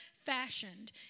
fashioned